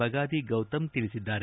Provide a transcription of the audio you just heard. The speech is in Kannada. ಬಗಾದಿ ಗೌತಮ್ ತಿಳಿಸಿದ್ದಾರೆ